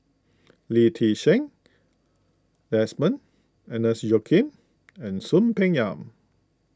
Lee Ti Seng Desmond Agnes Joaquim and Soon Peng Yam